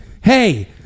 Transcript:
hey